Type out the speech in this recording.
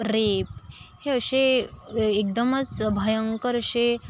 rape हे असे एकदमच भयंकर असे